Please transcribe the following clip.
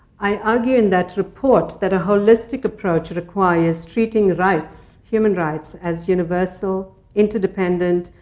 i argue in that report that a holistic approach requires treating rights, human rights, as universal, interdependent,